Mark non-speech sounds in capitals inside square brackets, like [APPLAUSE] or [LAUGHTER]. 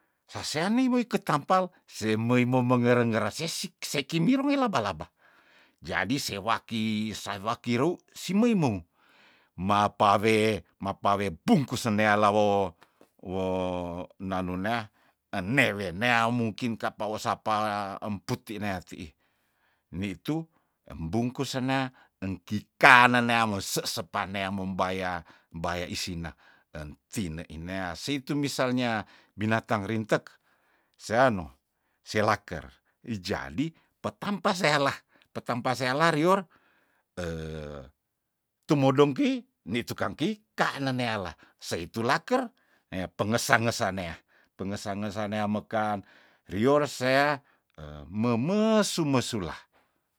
Sasean niwei ketampal semoi moh mengera ngera sesik sekimirong eh laba- laba jadi se waki saiwa kiro simeimou mapawe mapawe bungkusen nealawo wo nano nea enewe nea mungkin kapa osapa emputi neatiih nitu embungkus sena engkikane neamou sese panea mumbaya mbaya isina entine ineah seit misalnya binatang rintek seano selaker ijadi petampa sealah petampa sealah rior [HESITATION] tumodong ki nitu kang ki kanen neala seitu laker eh pengesah ngesah neah pengesah ngesah neah mekan rior sea [HESITATION] memesu mesula.